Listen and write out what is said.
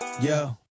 Yo